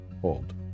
hold